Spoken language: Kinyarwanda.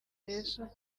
yesu